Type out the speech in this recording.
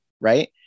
right